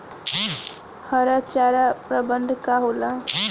हरा चारा प्रबंधन का होला?